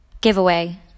Giveaway